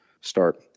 start